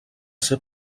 ser